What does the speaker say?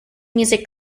music